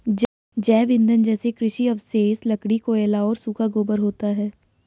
जैव ईंधन जैसे कृषि अवशेष, लकड़ी, कोयला और सूखा गोबर होता है